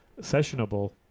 sessionable